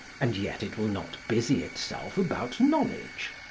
and yet it will not busy itself about knowledge.